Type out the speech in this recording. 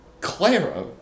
Clara